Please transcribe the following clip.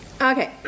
Okay